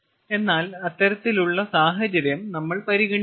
എന്നാൽ അത്തരത്തിലുള്ള സാഹചര്യം നമ്മൾ പരിഗണിക്കുന്നില്ല